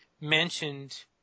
mentioned